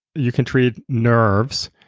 you can treat nerves,